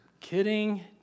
kidding